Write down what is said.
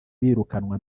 birukanwa